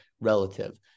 relative